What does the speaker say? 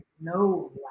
no